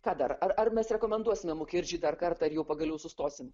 ką dar ar ar mes rekomenduos mukerdži dar kartą ar jau pagaliau sustosim